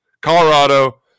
Colorado